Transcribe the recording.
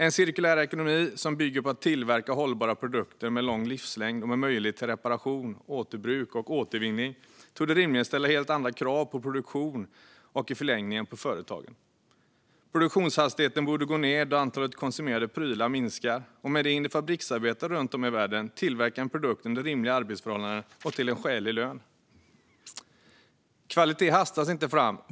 En cirkulär ekonomi som bygger på att tillverka hållbara produkter med lång livslängd och med möjlighet till reparation, återbruk och återvinning torde rimligen ställa helt andra krav på produktion och i förlängningen på företag. Produktionshastigheten borde gå ned då antalet konsumerade prylar minskar, och i och med det hinner fabriksarbetare runt om i världen tillverka en produkt under rimliga arbetsförhållanden och till en skälig lön. Kvalitet hastas inte fram.